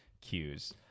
cues